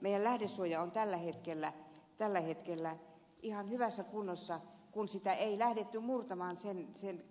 meidän lähdesuoja on tällä hetkellä ihan hyvässä kunnossa kun sitä ei lähdetty murtamaan sen